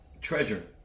treasure